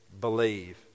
believe